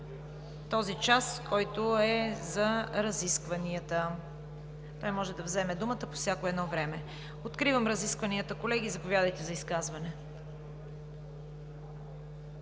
този час, който е за разискванията. Той може да вземе думата по всяко време. Откривам разискванията. Колеги, заповядайте за изказвания.